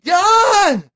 done